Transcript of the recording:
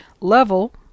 level